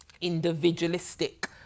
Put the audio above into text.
individualistic